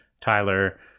Tyler